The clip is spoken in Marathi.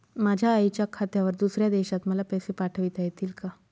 माझ्या आईच्या खात्यावर दुसऱ्या देशात मला पैसे पाठविता येतील का?